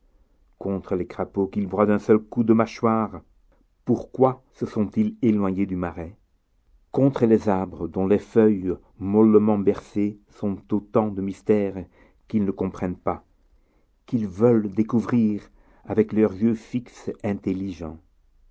contre les crapauds qu'ils broient d'un seul coup de mâchoire pourquoi se sont-ils éloignés du marais contre les arbres dont les feuilles mollement bercées sont autant de mystères qu'ils ne comprennent pas qu'ils veulent découvrir avec leurs yeux fixes intelligents